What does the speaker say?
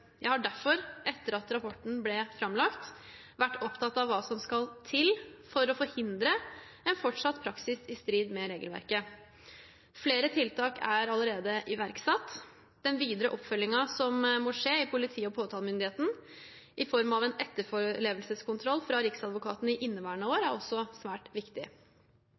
Jeg har derfor, etter at rapporten ble framlagt, vært opptatt av hva som skal til for å forhindre en fortsatt praksis i strid med regelverket. Flere tiltak er allerede iverksatt. Den videre oppfølgingen som må skje i politiet og påtalemyndigheten i form av en etterlevelseskontroll fra Riksadvokaten i inneværende år, er også svært viktig.